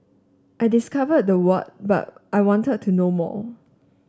I discovered the what but I wanted to know more